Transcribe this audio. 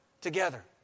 together